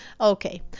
Okay